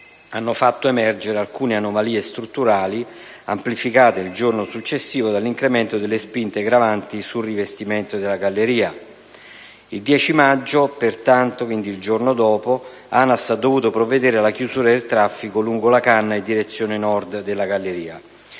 hanno fatto emergere alcune anomalie strutturali, amplificate, il giorno successivo, dall'incremento delle spinte gravanti sul rivestimento della galleria. Pertanto, il 10 maggio (quindi il giorno successivo) ANAS ha dovuto provvedere alla chiusura del traffico lungo la canna in direzione Nord della galleria.